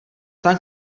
tam